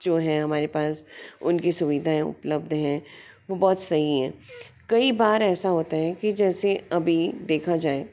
जो है हमारे पास उनकी सुविधाएँ उपलब्ध हैं वो बहुत सही हैं कई बार ऐसा होता हैं कि जैसे अभी देखा जाए